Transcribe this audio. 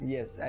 Yes